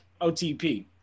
OTP